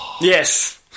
Yes